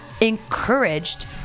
encouraged